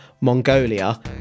Mongolia